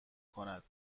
کند